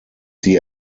sie